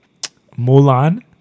Mulan